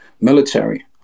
military